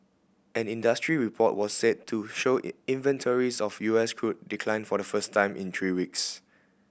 an industry report was said to show inventories of U S crude declined for the first time in three weeks